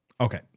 okay